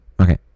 Okay